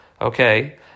okay